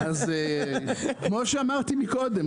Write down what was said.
כמו שאמרתי מקודם,